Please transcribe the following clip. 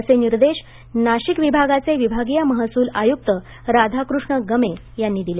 असे निर्देश नाशिक विभागाचे विभागीय महसूल आयुक्त राधाकृष्ण गमे यांनी दिले